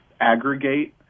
aggregate